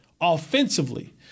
offensively